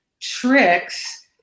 tricks